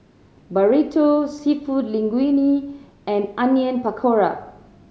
Burrito Seafood Linguine and Onion Pakora